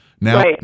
Now